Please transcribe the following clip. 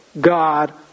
God